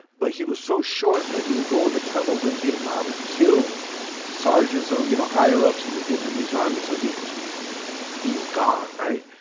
but he was so short that he would go in the tunnels in vietnam and kill the sergeants or, you know, higher-ups in the vietnamese army so he was he was gone, right?